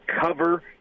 cover